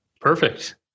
Perfect